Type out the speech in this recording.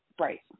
Right